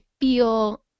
feel